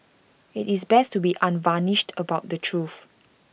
IT is best to be unvarnished about the truth